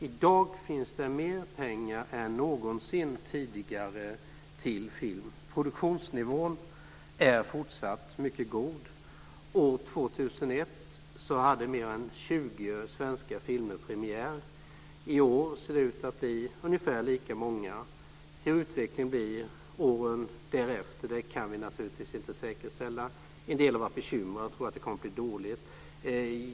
I dag finns det mer pengar än någonsin tidigare till film. Produktionsnivån är fortsatt mycket god. År 2001 hade mer än 20 svenska filmer premiär. I år ser det ut att bli ungefär lika många. Hur utvecklingen blir åren därefter kan vi naturligtvis inte säga. En del har varit bekymrade och tror att det kommer att bli dåligt.